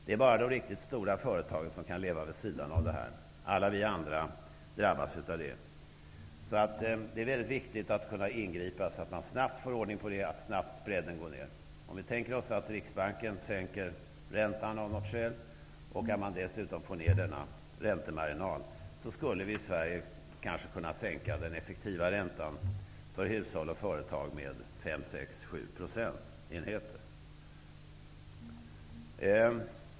Det är bara de riktigt stora företagen som kan leva vid sidan av. Alla vi andra drabbas. Därför är det viktigt att ingripa för att snabbt få ordning på det här, så att den s.k. spreaden sjunker. Om vi tänker oss att Riksbanken sänker räntan och därmed får ned räntemarginalen, skulle vi i Sverige kanske kunna sänka den effektiva räntan för hushåll och företag med fem till sju procentenheter.